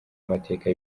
amateka